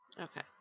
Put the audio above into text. Okay